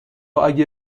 اگه